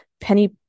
penny